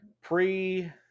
Pre